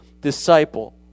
disciple